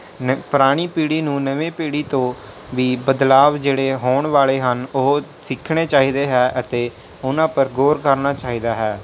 ਪੁਰਾਣੀ ਪੀੜ੍ਹੀ ਨੂੰ ਨਵੀਂ ਪੀੜ੍ਹੀ ਤੋਂ ਵੀ ਬਦਲਾਵ ਜਿਹੜੇ ਹੋਣ ਵਾਲੇ ਹਨ ਉਹ ਸਿੱਖਣੇ ਚਾਹੀਦੇ ਹੈ ਅਤੇ ਉਹਨਾਂ ਪਰ ਗੌਰ ਕਰਨਾ ਚਾਹੀਦਾ ਹੈ